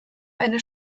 eine